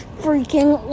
freaking